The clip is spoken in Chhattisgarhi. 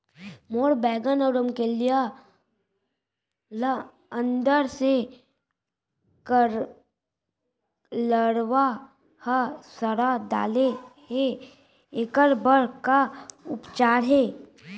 मोर बैगन अऊ रमकेरिया ल अंदर से लरवा ह सड़ा डाले हे, एखर बर का उपचार हे?